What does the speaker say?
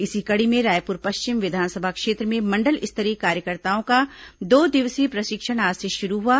इसी कड़ी में रायपुर पश्चिम विधानसभा क्षेत्र में मंडल स्तरीय कार्यकर्ताओं का दो दिवसीय प्रशिक्षण आज से शुरू हुआ